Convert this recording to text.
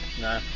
No